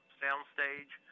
soundstage